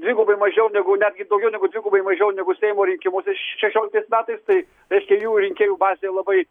dvigubai mažiau negu netgi daugiau negu dvigubai mažiau negu seimo rinkimuose šešioliktais metais tai reiškia jų rinkėjų bazė labai